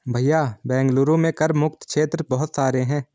भैया बेंगलुरु में कर मुक्त क्षेत्र बहुत सारे हैं